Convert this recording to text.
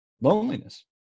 loneliness